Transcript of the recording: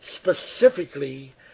specifically